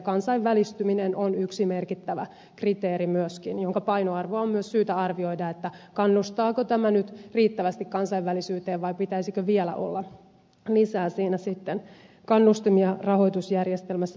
kansainvälistyminen on yksi merkittävä kriteeri myöskin jonka painoarvoa on myös syytä arvioida kannustaako tämä nyt riittävästi kansainvälisyyteen vai pitäisikö vielä olla lisää siinä sitten kannustimia rahoitusjärjestelmässä tämänkin osalta